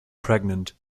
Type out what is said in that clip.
pregnant